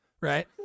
right